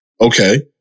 Okay